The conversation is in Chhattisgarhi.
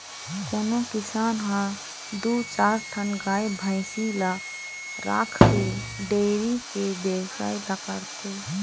कोनो किसान ह दू चार ठन गाय भइसी ल राखके डेयरी के बेवसाय ल करथे